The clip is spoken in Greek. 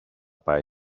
πάει